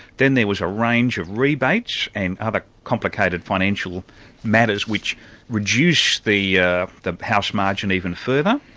then there was a range of rebates and other complicated financial matters which reduced the yeah the house margin even further.